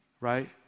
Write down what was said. right